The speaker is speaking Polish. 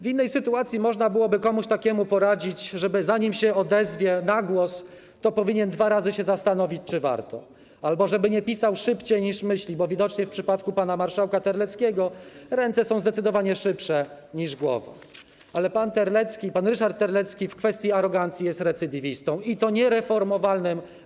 W innej sytuacji można byłoby komuś takiemu poradzić, żeby zanim się odezwie na głos, dwa razy się zastanowił, czy warto, albo żeby nie pisał szybciej, niż myśli - widocznie w przypadku pana marszałka Terleckiego ręce są zdecydowanie szybsze niż głowa - ale pan Ryszard Terlecki w kwestii arogancji jest recydywistą, i to niereformowalnym.